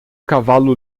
cavalo